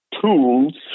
tools